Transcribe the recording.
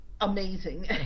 amazing